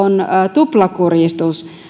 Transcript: tuplakurjistus